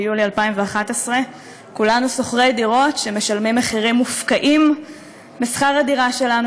ביולי 2011. כולנו שוכרי דירות שמשלמים מחירים מופקעים בשכר-הדירה שלנו,